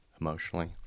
emotionally